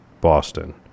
Boston